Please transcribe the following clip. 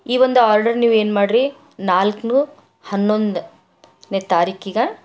ಈ ಒಂದು ಆರ್ಡರ್ ನೀವು ಏನು ಮಾಡ್ರಿ ನಾಲ್ಕನ್ನು ಹನ್ನೊಂದನೇ ತಾರೀಖಿಗೆ